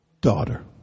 daughter